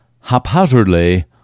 haphazardly